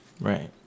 Right